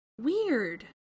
Weird